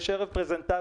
יש ערב פרזנטציה,